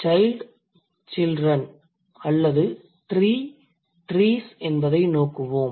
child - children அல்லது tree - trees என்பதை நோக்குவோம்